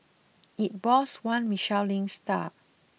it boasts one Michelin star